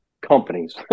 companies